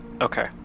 okay